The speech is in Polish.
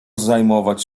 zajmować